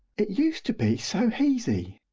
it used to be so heasy.